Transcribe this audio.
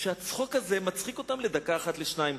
שהצחוק הזה מצחיק אותם לדקה אחת, לשתיים.